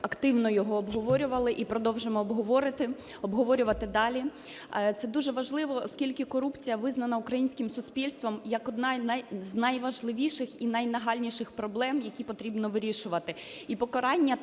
активно його обговорювали і продовжимо обговорювати далі. Це дуже важливо, оскільки корупція визнана українським суспільством як одна з найважливіших і найнагальніших проблем, які потрібно вирішувати.